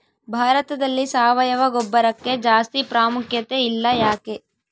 ಭಾರತದಲ್ಲಿ ಸಾವಯವ ಗೊಬ್ಬರಕ್ಕೆ ಜಾಸ್ತಿ ಪ್ರಾಮುಖ್ಯತೆ ಇಲ್ಲ ಯಾಕೆ?